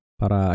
para